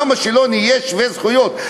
למה לא נהיה שווי זכויות?